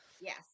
Yes